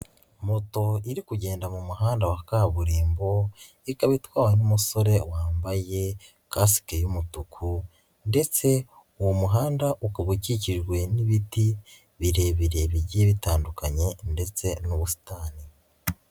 Moto iri kugenda mu muhanda wa kaburimbo, ika itwawe n'umusore wambaye kasike y'umutuku ndetse uwo muhanda ukaba ukikijwe n'ibiti birebire bigiye bitandukanye ndetse n'ubusitani.